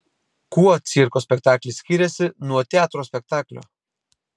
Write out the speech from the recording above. kuo cirko spektaklis skiriasi nuo teatro spektaklio